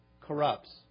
corrupts